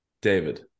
David